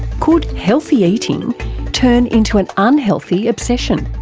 could healthy eating turn into an unhealthy obsession?